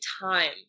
time